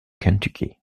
kentucky